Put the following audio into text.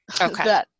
Okay